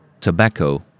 tobacco